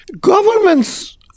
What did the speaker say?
Governments